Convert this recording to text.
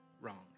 wrong